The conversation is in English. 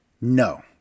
No